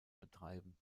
betreiben